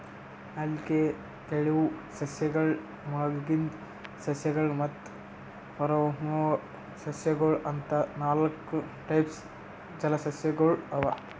ಅಲ್ಗೆ, ತೆಲುವ್ ಸಸ್ಯಗಳ್, ಮುಳಗಿದ್ ಸಸ್ಯಗಳ್ ಮತ್ತ್ ಹೊರಹೊಮ್ಮುವ್ ಸಸ್ಯಗೊಳ್ ಅಂತಾ ನಾಲ್ಕ್ ಟೈಪ್ಸ್ ಜಲಸಸ್ಯಗೊಳ್ ಅವಾ